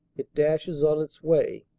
it dashes on its way,